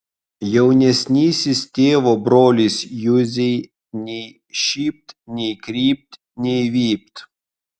jaunesnysis tėvo brolis juzei nei šypt nei krypt nei vypt